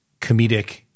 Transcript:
comedic